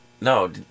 No